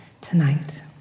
tonight